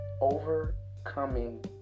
overcoming